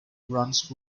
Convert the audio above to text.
runs